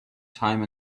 time